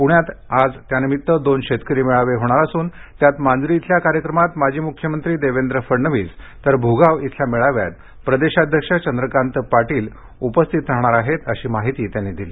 पुण्यात आज दोन शेतकरी मेळावे होणार असून त्यात मांजरी इथल्या कार्यक्रमात माजी मुख्यमंत्री देवेंद्र फडणवीस तर भुगाव इथल्या मेळाव्यात प्रदेशाध्यक्ष चंद्रकांत पाटील उपस्थित राहणार आहेत अशी माहिती त्यांनी दिली